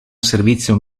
servizio